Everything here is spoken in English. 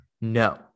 No